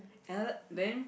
another then